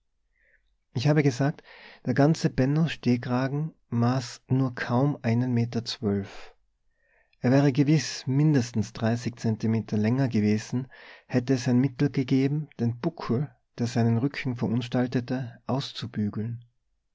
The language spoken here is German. ich habe gesagt der ganze benno stehkragen maß nur kaum einen meter zwölf er wäre gewiß mindestens dreißig zentimeter länger gewesen hätte es ein mittel gegeben den buckel der seinen rücken verunstaltete auszubügeln